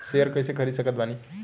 Share कइसे खरीद सकत बानी?